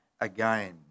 again